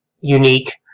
unique